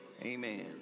Amen